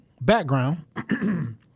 background